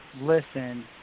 listen